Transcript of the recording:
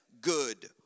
good